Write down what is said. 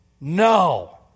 No